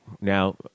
now